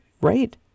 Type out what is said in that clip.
Right